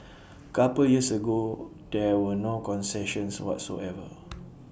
couple years ago there were no concessions whatsoever